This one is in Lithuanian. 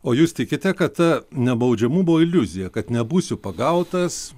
o jūs tikite kad ta nebaudžiamumo iliuziją kad nebūsiu pagautas